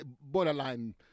borderline